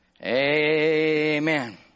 Amen